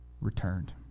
Returned